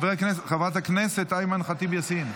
חברת הכנסת אימאן ח'טיב יאסין,